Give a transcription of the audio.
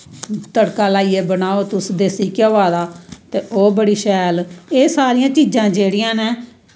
तड़का लाइयै बनाओ तुस देस्सी घ्योआ दा ते ओह् बड़ी शैल एह् सारियां चीजां जेह्ड़ियां न